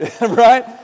Right